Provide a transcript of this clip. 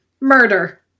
murder